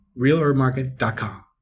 realherbmarket.com